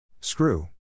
Screw